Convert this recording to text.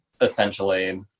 essentially